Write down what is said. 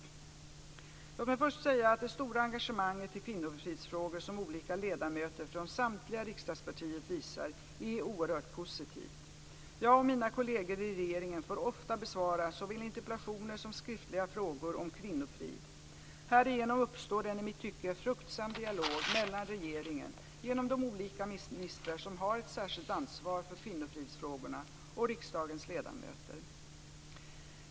Låt mig först säga att det stora engagemang i kvinnofridsfrågorna som olika ledamöter från samtliga riksdagspartier visar är oerhört positivt. Jag och mina kolleger i regeringen får ofta besvara såväl interpellationer som skriftliga frågor om kvinnofrid. Härigenom uppstår en i mitt tycke fruktsam dialog mellan regeringen, genom de olika ministrar som har ett särskilt ansvar för kvinnofridsfrågorna, och riksdagens ledamöter.